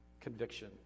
conviction